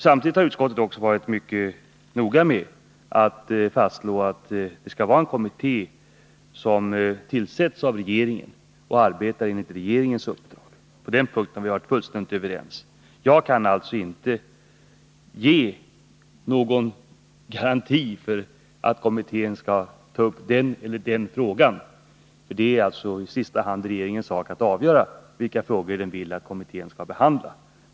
Samtidigt har utskottet varit mycket noga med att fastslå att det skall vara en kommitté som tillsätts av regeringen och som arbetar enligt regeringens uppdrag. På den punkten har vi varit fullständigt överens. Jag kan alltså inte ge någon garanti för att kommittén skall ta upp den eller den frågan. Det är i sista hand regeringens sak att avgöra vilka frågor den vill att kommittén skall behandla.